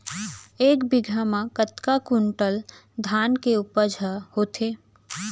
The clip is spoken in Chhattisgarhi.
एक बीघा म कतका क्विंटल धान के उपज ह होथे?